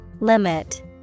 Limit